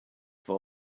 for